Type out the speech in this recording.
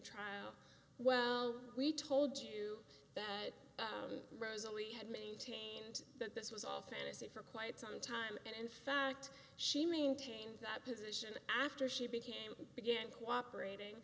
trial well we told you that rosalie had maintained that this was all fantasy for quite some time and in fact she maintained that position after she became again cooperat